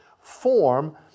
form